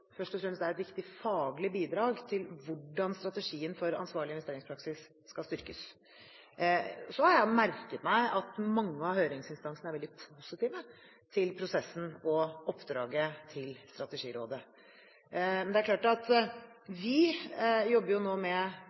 først og fremst er et viktig faglig bidrag til hvordan strategien for ansvarlig investeringspraksis skal styrkes. Så har jeg merket meg at mange av høringsinstansene er veldig positive til prosessen og oppdraget til Strategirådet. Vi jobber nå med hvilke anbefalinger vi